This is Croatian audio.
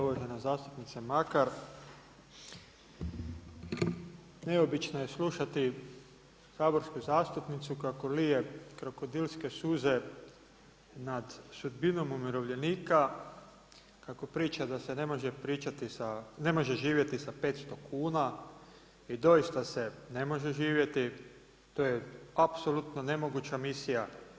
Uvažena zastupnice Makar, neobično je slušati saborsku zastupnicu kako lije krokodilske suze nad sudbinom umirovljenika, kako priča da se ne može živjeti sa 500 kuna i doista se ne može živjeti, to je apsolutno nemoguća misija.